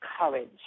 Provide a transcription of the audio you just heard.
courage